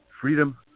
Freedom